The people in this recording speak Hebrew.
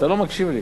אתה לא מקשיב לי,